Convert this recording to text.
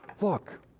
Look